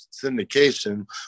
syndication